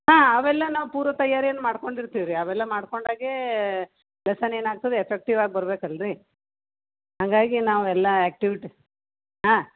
ಹಾಂ ಅವೆಲ್ಲ ನಾವು ಪೂರ್ವ ತಯಾರಿಯನ್ನು ಮಾಡ್ಕೊಂಡಿರ್ತೀವಿ ರೀ ಅವೆಲ್ಲ ಮಾಡ್ಕೊಂಡಾಗ್ಲೇ ಲೆಸನ್ ಏನಾಗ್ತದೆ ಎಫೆಕ್ಟಿವ್ ಆಗಿ ಬರ್ಬೇಕು ಅಲ್ರೀ ಹಂಗಾಗಿ ನಾವು ಎಲ್ಲ ಆ್ಯಕ್ಟಿವಿಟಿ ಹಾಂ